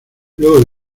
luego